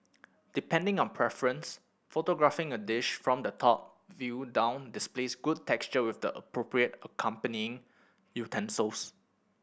depending on preference photographing a dish from the top view down displays good texture with the appropriate accompanying utensils